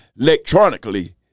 electronically